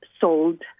sold